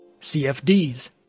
CFDs